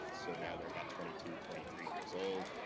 so now they're about twenty two, twenty three years old,